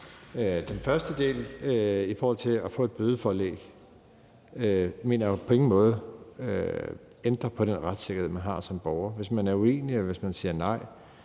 Den første del med at få et bødeforelæg mener jeg på ingen måde ændrer på den retssikkerhed, man har som borger. Hvis man er uenig eller siger nej,